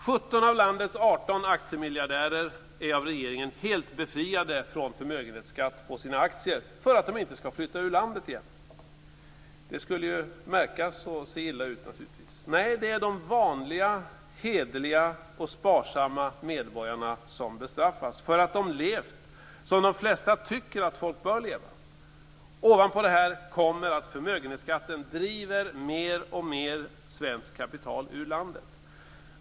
17 av landets 18 aktiemiljardärer är av regeringen helt befriade från förmögenhetsskatt på sina aktier för att de inte ska flytta ur landet. Det skulle ju naturligtvis märkas och se illa ut. Nej, det är de vanliga, hederliga och sparsamma medborgarna som bestraffas för att de levt som de flesta tycker att folk bör leva. Ovanpå detta kommer att förmögenhetsskatten driver mer och mer svenskt kapital ur landet.